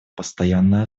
постоянной